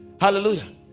Hallelujah